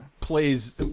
plays